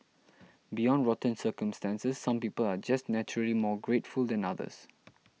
beyond rotten circumstances some people are just naturally more grateful than others